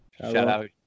Shout-out